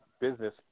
business